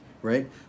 Right